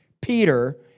Peter